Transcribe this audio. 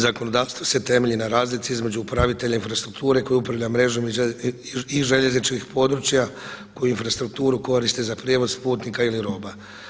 Zakonodavstvo se temelji na razlici između upravitelja infrastrukture koji upravlja mrežom i željezničkih područja koji infrastrukturu koristi za prijevoz putnika ili roba.